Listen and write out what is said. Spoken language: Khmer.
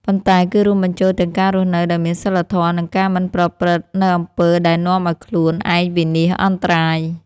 ប៉ុន្តែគឺរួមបញ្ចូលទាំងការរស់នៅដោយមានសីលធម៌ និងការមិនប្រព្រឹត្តនូវអំពើដែលនាំឱ្យខ្លួនឯងវិនាសអន្តរាយ។